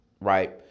right